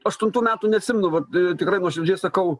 aštuntų metų neatsimenu vat tikrai nuoširdžiai sakau